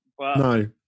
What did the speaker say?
No